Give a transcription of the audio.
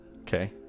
Okay